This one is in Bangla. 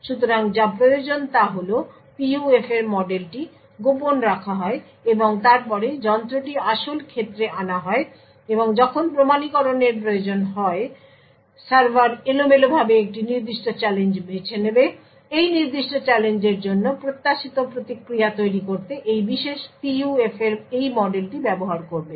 সুতরাং যা প্রয়োজন তা হল PUF এর এই মডেলটি গোপন রাখা হয় এবং তারপরে যন্ত্রটি আসল ক্ষেত্রে আনা হয় এবং যখন প্রমাণীকরণের প্রয়োজন হয় সার্ভার এলোমেলোভাবে একটি নির্দিষ্ট চ্যালেঞ্জ বেছে নেবে এই নির্দিষ্ট চ্যালেঞ্জের জন্য প্রত্যাশিত প্রতিক্রিয়া তৈরি করতে এই বিশেষ PUF এর এই মডেলটি ব্যবহার করবে